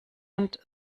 und